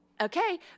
okay